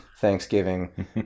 Thanksgiving